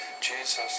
Jesus